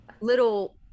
little